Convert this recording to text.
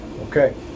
Okay